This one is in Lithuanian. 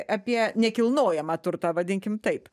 apie nekilnojamą turtą vadinkim taip